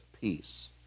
peace